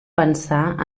pensar